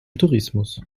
tourismus